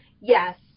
Yes